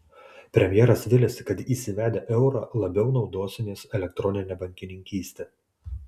premjeras viliasi kad įsivedę eurą labiau naudosimės elektronine bankininkyste